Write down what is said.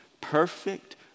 perfect